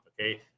Okay